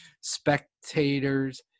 spectators